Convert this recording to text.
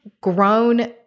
grown